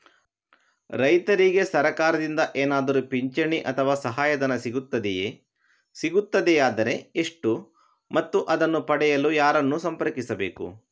ರೈತರಿಗೆ ಸರಕಾರದಿಂದ ಏನಾದರೂ ಪಿಂಚಣಿ ಅಥವಾ ಸಹಾಯಧನ ಸಿಗುತ್ತದೆಯೇ, ಸಿಗುತ್ತದೆಯಾದರೆ ಎಷ್ಟು ಮತ್ತು ಅದನ್ನು ಪಡೆಯಲು ಯಾರನ್ನು ಸಂಪರ್ಕಿಸಬೇಕು?